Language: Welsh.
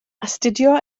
astudio